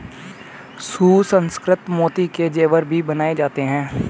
सुसंस्कृत मोती के जेवर भी बनाए जाते हैं